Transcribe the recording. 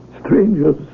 strangers